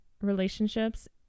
relationships